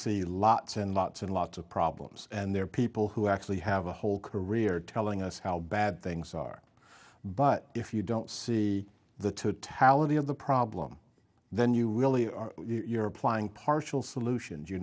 see lots and lots and lots of problems and there are people who actually have a whole career telling us how bad things are but if you don't see the tally of the problem then you really are you're applying partial solutions you